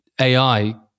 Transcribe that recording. AI